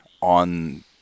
on